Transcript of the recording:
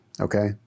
okay